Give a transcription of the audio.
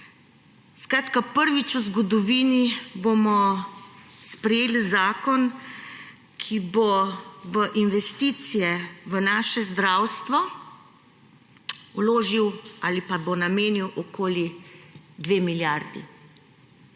Skratka, prvič v zgodovini bomo sprejeli zakon, ki bo v investicije v naše zdravstvo vložil ali pa bo namenil okoli 2 milijardi.